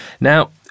Now